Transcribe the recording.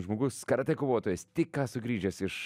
žmogus karatė kovotojas tik ką sugrįžęs iš